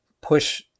push